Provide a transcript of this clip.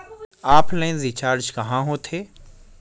Offline recharge कहां होथे?